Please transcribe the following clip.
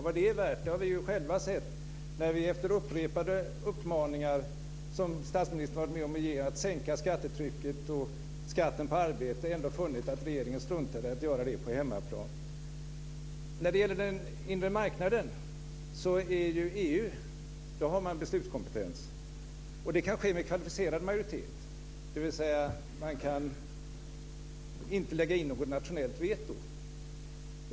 Vad sådana är värda har vi själva sett när vi efter upprepade uppmaningar, som statsministern har varit med om att ge, om att sänka skattetrycket och skatten på arbete ändå funnit att regeringen ändå struntat i att göra detta på hemmaplan. När det gäller den inre marknaden har EU beslutskompetens, och besluten kan fattas med kvalificerad majoritet. Man kan alltså inte lägga in något nationellt veto.